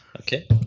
Okay